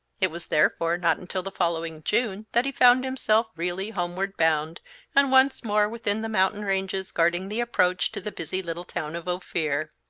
it was therefore not until the following june that he found himself really homeward bound and once more within the mountain ranges guarding the approach to the busy little town of ophir.